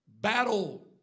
battle